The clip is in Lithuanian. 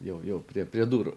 jau jau prie prie durų